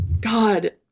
God